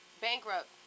bankrupt